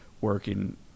working